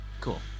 cool